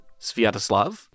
Sviatoslav